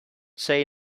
say